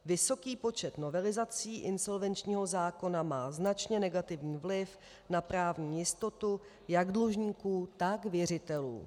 Vysoký počet novelizací insolvenčního zákona má značně negativní vliv na právní jistotu jak dlužníků, tak věřitelů.